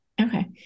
Okay